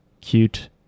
cute